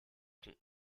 con